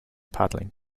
paddling